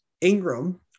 Ingram –